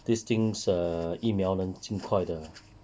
these things err 疫苗能尽快的